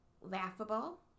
laughable